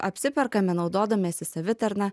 apsiperkame naudodamiesi savitarna